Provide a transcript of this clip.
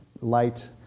Light